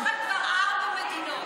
יש לכם כבר ארבע מדינות,